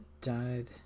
died